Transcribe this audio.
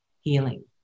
healing